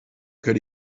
could